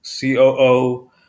COO